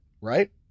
right